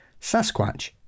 Sasquatch